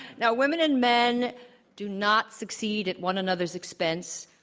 now women and men do not succeed at one another's expense.